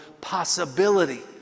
possibility